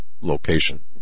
location